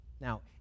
Now